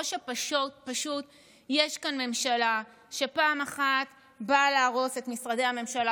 או שפשוט יש כאן ממשלה שפעם אחת באה להרוס את משרדי הממשלה,